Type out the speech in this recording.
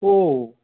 ও